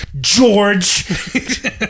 George